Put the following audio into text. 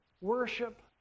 worship